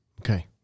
Okay